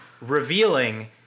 revealing